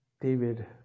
david